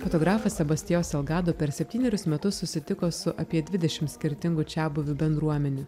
fotografas sebastio selgado per septynerius metus susitiko su apie dvidešim skirtingų čiabuvių bendruomenių